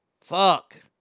Fuck